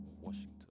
Washington